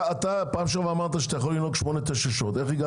פעם שעברה אמרת שאתה יכול לנהוג 8, 9 שעות.